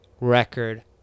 record